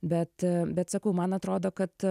bet bet sakau man atrodo kad